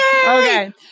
Okay